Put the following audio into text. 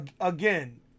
again